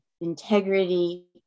integrity